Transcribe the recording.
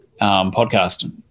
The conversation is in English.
podcast